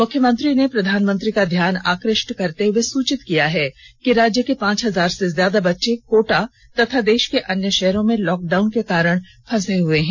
मुख्यमंत्री ने प्रधानमंत्री का ध्यान आकृष्ट करते हुए सूचित किया है कि राज्य के पांच हजार से ज्यादा बच्चे कोटा तथा देश के अन्य शहरों में लॉक डाउन के कारण फंसे हुए हैं